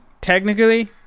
technically